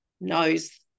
knows